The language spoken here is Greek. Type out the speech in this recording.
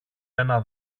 ένα